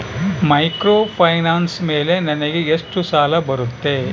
Microfinance ಮೇಲೆ ನನಗೆ ಎಷ್ಟು ಸಾಲ ಬರುತ್ತೆ?